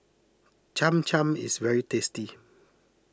Cham Cham is very tasty